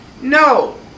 No